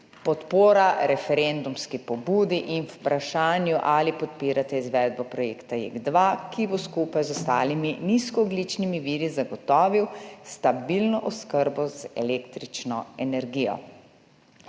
podpora referendumski pobudi in vprašanju, ali podpirate izvedbo projekta JEK2, ki bo skupaj z ostalimi nizkoogljičnimi viri zagotovil stabilno oskrbo z električno energijo.